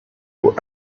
were